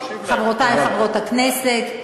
חברותי חברות הכנסת,